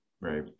Right